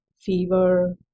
fever